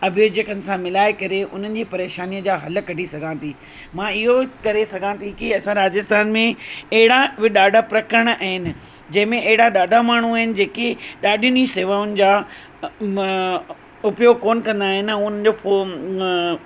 अभियोजन सां मिलाए करे उन्हनि जी परेशानीअ जा हल कढी सघां थी मां इहो करे सघां थी की असां राजस्थान में अहिड़ा बि ॾाढा प्रकरण आहिनि जंहिं में हेड़ा ॾाढा माण्हू आहिनि जेके ॾाढियुनि जी सेवाउनि जा उपयोग कोन कंदा आहिनि ऐं हिनजो पोइ